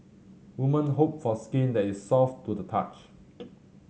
women hope for skin that is soft to the touch